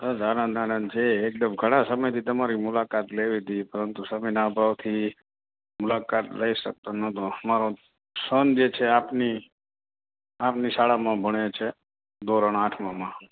બસ આનંદ આનંદ છે એકદમ ઘણા સમયથી તમારી મુલાકાત લેવી હતી પરંતુ સમયના અભાવથી મુલાકાત લઈ શકતો નહોતો મારો સન જે છે આપની આપની શાળામાં ભણે છે ધોરણ આઠમામાં